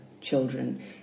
children